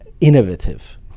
innovative